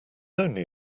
only